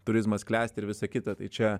turizmas klesti ir visa kita tai čia